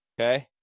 Okay